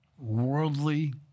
worldly